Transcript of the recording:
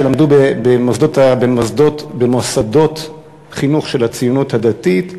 שלמדו במוסדות חינוך של הציונות הדתית,